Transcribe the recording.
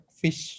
fish